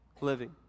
living